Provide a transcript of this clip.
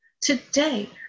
Today